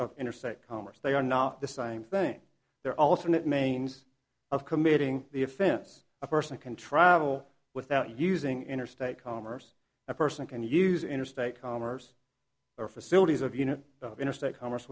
of interstate commerce they are not the same thing they're also in it manes of committing the offense a person can travel without using interstate commerce a person can use interstate commerce or facilities of you know interstate commerce